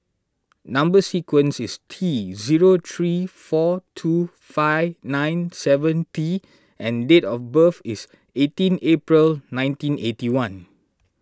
Number Sequence is T zero three four two five nine seven T and date of birth is eighteen April nineteen eighty one